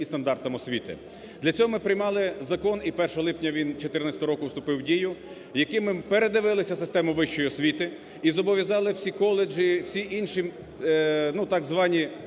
Для цього ми приймали закон і 1 липня він 2014 року вступив в дію, яким ми передивилися систему вищої освіти і зобов'язали всі коледжі, всі інші, ну, так звані